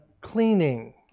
cleaning